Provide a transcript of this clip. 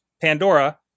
Pandora